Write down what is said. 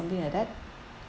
something like that